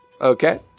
Okay